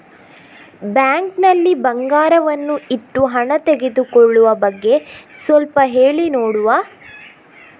Bank ನಲ್ಲಿ ಬಂಗಾರವನ್ನು ಇಟ್ಟು ಹಣ ತೆಗೆದುಕೊಳ್ಳುವ ಬಗ್ಗೆ ಸ್ವಲ್ಪ ಹೇಳಿ ನೋಡುವ?